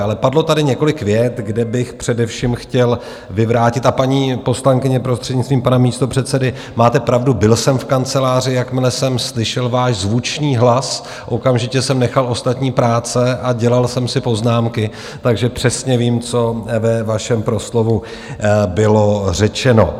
Ale padlo tady několik vět, kde bych především chtěl vyvrátit a paní poslankyně, prostřednictvím pana místopředsedy, máte pravdu, byl jsem v kanceláři, jakmile jsem slyšel váš zvučný hlas, okamžitě jsem nechal ostatní práce a dělal jsem si poznámky, takže přesně vím, co ve vašem proslovu bylo řečeno.